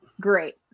great